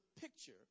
picture